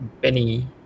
Benny